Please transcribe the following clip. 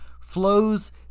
flows